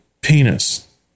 penis